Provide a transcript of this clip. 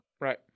Right